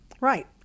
Right